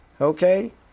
Okay